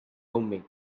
homemade